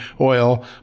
oil